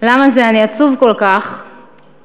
למה זה אני עצוב כל כך/ ארץ-ישראל".